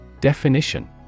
Definition